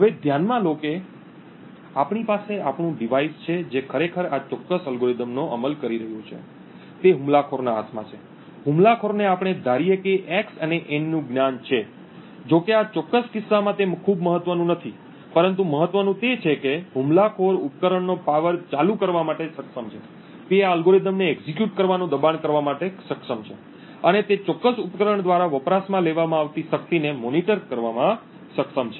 હવે ધ્યાનમાં લો કે આપણી પાસે આપણું ડિવાઇસ છે જે ખરેખર આ ચોક્કસ અલ્ગોરિધમનો અમલ કરી રહ્યું છે તે હુમલાખોરના હાથમાં છે હુમલાખોરને આપણે ધારીએ કે x અને n નું જ્ઞાન છે જો કે આ ચોક્કસ કિસ્સામાં તે ખૂબ મહત્વનું નથી પરંતુ મહત્વનું તે છે કે હુમલાખોર ઉપકરણનો પાવર ચાલુ કરવા માટે સક્ષમ છે તે આ અલ્ગોરિધમને એક્ઝિક્યુટ કરવાનું દબાણ કરવા માટે સક્ષમ છે અને તે ચોક્કસ ઉપકરણ દ્વારા વપરાશમાં લેવામાં આવતી શક્તિને મોનિટર કરવામાં સક્ષમ છે